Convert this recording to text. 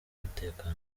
umutekano